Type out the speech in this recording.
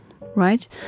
right